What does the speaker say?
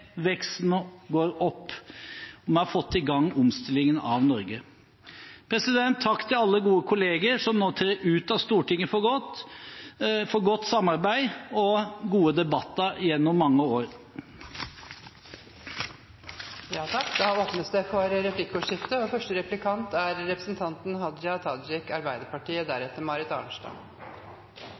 veksten går opp. Vi har fått i gang omstillingen av Norge. Takk til alle gode kolleger som nå trer ut av Stortinget for godt, for godt samarbeid og gode debatter gjennom mange år. Det blir replikkordskifte. Eg høyrde representanten